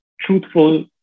truthful